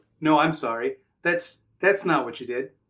no, i'm sorry. that's that's not what you did.